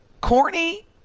corny